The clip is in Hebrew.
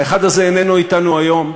האחד הזה איננו אתנו היום.